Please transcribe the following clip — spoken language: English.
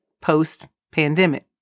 post-pandemic